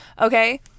Okay